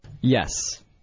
Yes